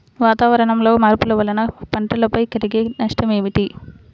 వాతావరణంలో మార్పుల వలన పంటలపై కలిగే నష్టం ఏమిటీ?